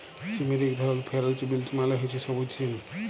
সিমের ইক ধরল ফেরেল্চ বিলস মালে হছে সব্যুজ সিম